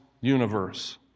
universe